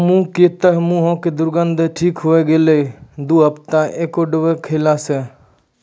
रामू के तॅ मुहों के दुर्गंध ठीक होय गेलै दू हफ्ता एवोकाडो खैला स